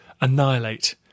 annihilate